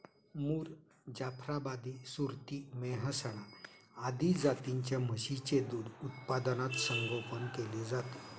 मुर, जाफराबादी, सुरती, मेहसाणा आदी जातींच्या म्हशींचे दूध उत्पादनात संगोपन केले जाते